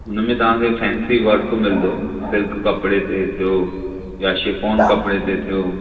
हुनमें तव्हांखे fancy work मिलंदो सिल्क कपिड़े थे थियो या शिफोन कपिड़े थे थियो